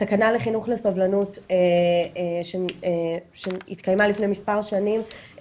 התקנה לחינוך לסובלנות שהתקיימה לפני מספר שנים,